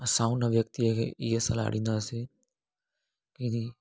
असां हुन व्यक्ति खे ईअं सलाह ॾींदासीं कि